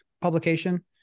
publication